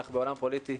אנחנו בעולם פוליטי,